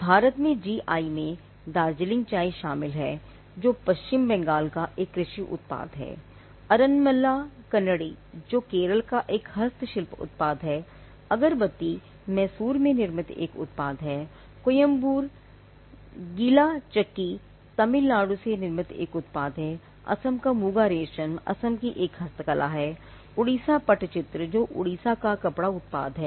भारत में G I में दार्जिलिंग चाय शामिल है जो पश्चिम बंगाल का एक कृषि उत्पाद है अरनमुला कन्नडी जो केरल का एक हस्तशिल्प उत्पाद हैअगरबत्ती मैसूर में निर्मित एक उत्पाद है कोयंबटूर गीला चक्की तमिलनाडु से निर्मित एक उत्पाद असम का मुगा रेशम असम की एक हस्तकला है उड़ीसा पटचित्र जो ओडिशा का एक कपड़ा उत्पाद है